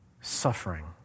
suffering